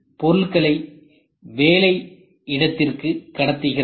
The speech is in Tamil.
அது பொருள்களை வேலை இடத்திற்கு கடத்துகிறது